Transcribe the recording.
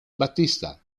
battista